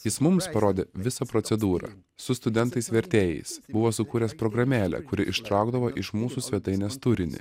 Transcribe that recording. jis mums parodė visą procedūrą su studentais vertėjais buvo sukūręs programėlę kuri ištraukdavo iš mūsų svetainės turinį